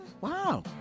Wow